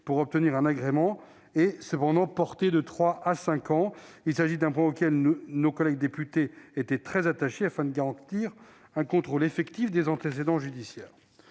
pour obtenir un agrément est cependant portée de trois à cinq ans. Il s'agit d'un point auquel nos collègues députés étaient très attachés, afin de garantir un contrôle effectif des antécédents judiciaires.